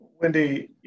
Wendy